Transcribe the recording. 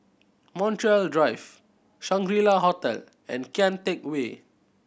Montreal Drive Shangri La Hotel and Kian Teck Way